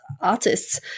artists